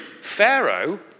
Pharaoh